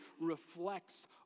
reflects